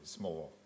more